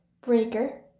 Breaker